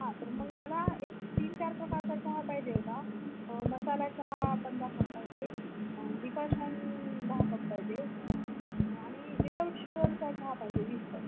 हां तर मग मला एक तीन चार प्रकारचा चहा पाहिजे होता मसाला चहा पंधरा कप पाहिजे डिकॉकशन दहा कप पाहिजे आणि विदाउट शुगरचा चहा पाहिजे वीस कप